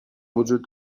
وجود